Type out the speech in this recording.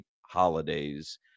holidays